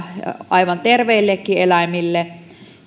aivan terveillekin eläimille